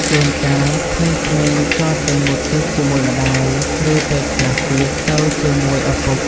ជួនកាល ក្មេងៗក៏ទៅងូតទឹកជាមួយម្ដាយ ឬ ពេលខ្លះទៀតទៅជាមួយឪពុក។